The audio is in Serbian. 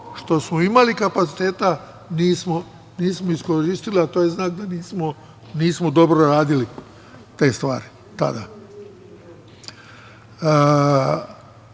što smo imali kapaciteta nismo iskoristili, a to je znak da nismo dobro radili te stvari